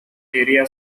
area